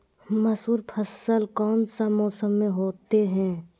मसूर फसल कौन सा मौसम में होते हैं?